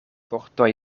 vortoj